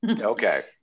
Okay